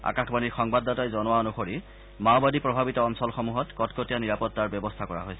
আকাশবাণীৰ সংবাদদাতাই জনাইছে যে মাওবাদী প্ৰভাৱিত অঞ্চলসমূহত কটকটীয়া নিৰাপত্তা ব্যৱস্থা কৰা হৈছে